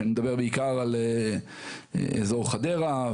שאני מדבר בעיקר על אזור חדרה,